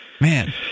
Man